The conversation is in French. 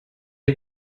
est